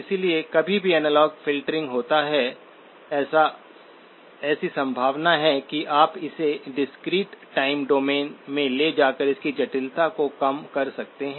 इसलिए कभी भी एनालॉग फ़िल्टरिंग होता है ऐसी संभावना है कि आप इसे डिस्क्रीट टाइम डोमेन में ले जाकर इसकी जटिलता को कम कर सकते हैं